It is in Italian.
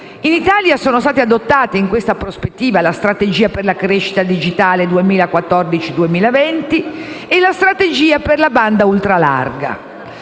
In Italia sono stati adottati, in questa prospettiva, la strategia per la crescita digitale 2014-2020 e la strategia per la banda ultra larga.